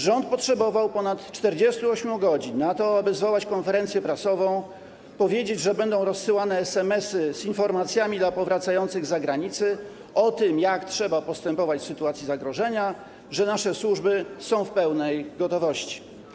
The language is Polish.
Rząd potrzebował ponad 48 godzin na to, aby zwołać konferencję prasową, powiedzieć, że będą rozsyłane SMS-y z informacjami dla powracających z zagranicy o tym, jak trzeba postępować w sytuacji zagrożenia, że nasze służby są w pełnej gotowości.